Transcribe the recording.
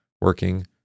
working